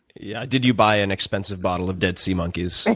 yeah did you buy an expensive bottle of dead sea monkeys?